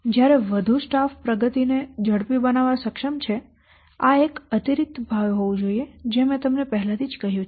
તેથી જ્યારે વધુ સ્ટાફ પ્રગતિને ઝડપી બનાવવા સક્ષમ છે આ એક અતિરિક્ત ભાવે હોવું જોઈએ જે મેં તમને પહેલાથી જ કહ્યું છે